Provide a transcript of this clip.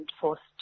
forced